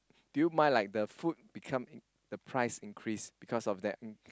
do you mind like the food become the price increase because of that